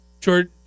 George